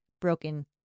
broken